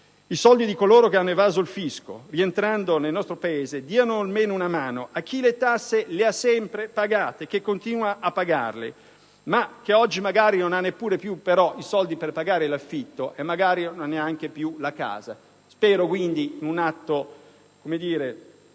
i soldi di coloro che hanno evaso il fisco rientrando nel nostro Paese diano una mano a chi le tasse le ha sempre pagate e continua a farlo, anche se oggi non ha più i soldi per pagare l'affitto e, magari, non ha neanche più la casa. Spero in un atto di